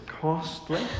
costly